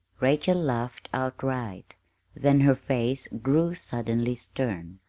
rachel laughed outright then her face grew suddenly stern.